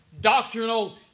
doctrinal